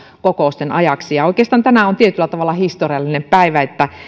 kokousten ajaksi saattaa olla vaikeaa oikeastaan tänään on tietyllä tavalla historiallinen päivä että